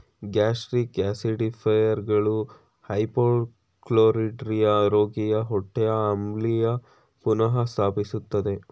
gastric ಆಸಿಡಿಫೈಯರ್ಗಳು hypochlorhydria ರೋಗಿಯ ಹೊಟ್ಟೆಯ ಆಮ್ಲೀಯತೆ ಪುನಃ ಸ್ಥಾಪಿಸ್ತದೆ